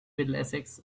middlesex